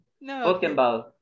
No